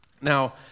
Now